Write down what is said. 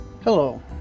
Hello